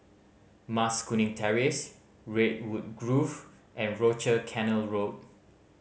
Mas Kuning Terrace Redwood Grove and Rochor Canal Road